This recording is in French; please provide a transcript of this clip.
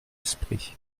esprit